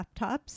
laptops